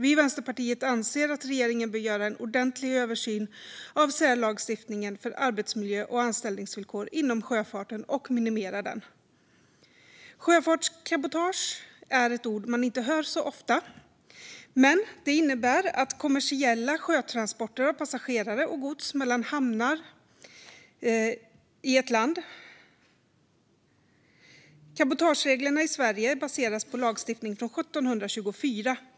Vi i Vänsterpartiet anser att regeringen bör göra en ordentlig översyn av särlagstiftningen för arbetsmiljö och anställningsvillkor inom sjöfarten och minimera den. Sjöfartscabotage är ett ord man inte hör så ofta. Det innebär kommersiella sjötransporter av passagerare och gods mellan hamnar i ett land. Cabotagereglerna i Sverige baseras på lagstiftning från 1724.